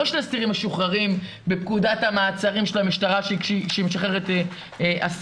לא של אסירים משוחררים בפקודת המעצרים של המשטרה שהיא משחררת אסירים,